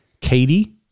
Katie